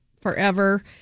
forever